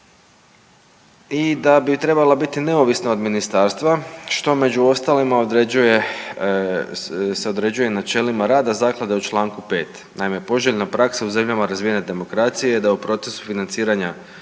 i da bi trebala biti neovisna od ministarstva, što među ostalima se određuje načelima rada zaklade u čl. 5.. Naime, poželjna praksa u zemljama razvijene demokracije je da u procesu financiranja